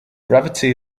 brevity